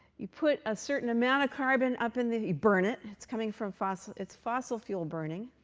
you put a certain amount of carbon up in the you burn it. it's coming from fossil it's fossil fuel burning.